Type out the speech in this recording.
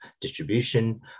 distribution